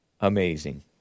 Amazing